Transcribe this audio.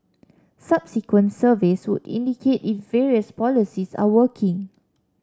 subsequent surveys would indicate if various policies are working